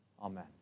Amen